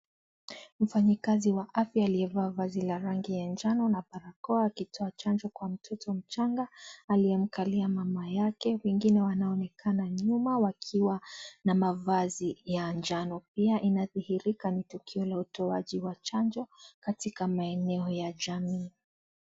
Mfanyakazi wa afya aliyevaa vazi la rangi ya njano na barakoa. Akitoa chanjo kwa mtoto mchanga aliyemkalia mama yake. Wengine wanaonekana nyuma wakiwa na mavazi ya njano pia. Inadhihirika ni tukio la utoaji wa chanjo katika maeneo ya jamii.